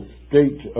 state